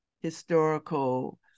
historical